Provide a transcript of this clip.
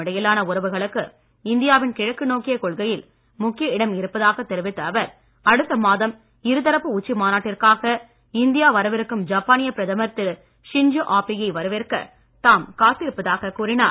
இடையிலான உறவுகளுக்கு இந்தியாவின் கிழக்கு நோக்கிய கொள்கையில் முக்கிய இடம் இருப்பதாக தெரிவித்த அவர் அடுத்த மாதம் இருதரப்பு உச்சி மாநாட்டிற்காக இந்தியா வரவிருக்கும் ஜப்பானிய பிரதமர் திரு ஷின்ஜோ ஆபேயை வரவேற்க தாம் காத்திருப்பதாக கூறினார்